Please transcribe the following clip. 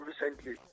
recently